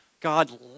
God